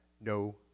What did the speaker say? no